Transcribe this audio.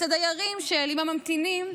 את הדיירים עם הממתינים,